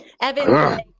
Evan